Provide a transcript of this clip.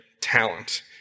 talent